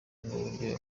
n’uburyo